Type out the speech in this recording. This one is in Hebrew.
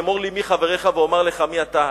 אמור לי מי חבריך ואומר לך מי אתה,